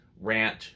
rant